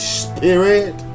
spirit